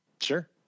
Sure